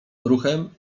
ruchem